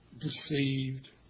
deceived